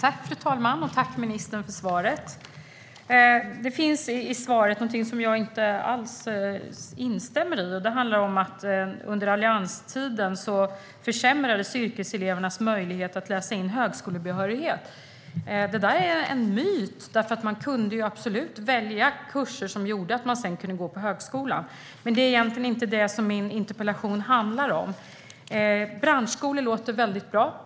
Fru talman! Tack, ministern, för svaret! Det finns någonting i svaret som jag inte alls instämmer i. Det handlar om att under allianstiden försämrades yrkeselevernas möjlighet att läsa in högskolebehörighet. Det är en myt. De kunde absolut välja kurser som gjorde att de sedan kunde gå på högskola. Men det är egentligen inte det som min interpellation handlar om. Branschskolor låter väldigt bra.